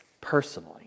personally